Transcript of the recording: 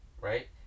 Right